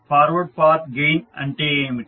forward path gain అంటే ఏమిటి